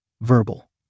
verbal